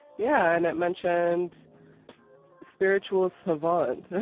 yeah. and it mentioned spiritual survivor's